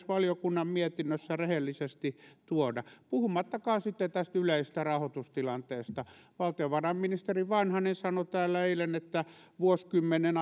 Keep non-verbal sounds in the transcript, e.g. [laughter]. [unintelligible] valiokunnan mietinnössä rehellisesti tuoda puhumattakaan sitten tästä yleisestä rahoitustilanteesta valtiovarainministeri vanhanen sanoi täällä eilen että vuosikymmenen [unintelligible]